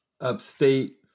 Upstate